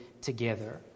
together